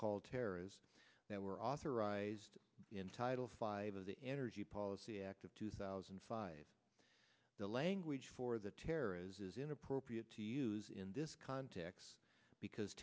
called terrorists that were authorized in title five of the energy policy act of two thousand and five the language for the terror is inappropriate to use in this context because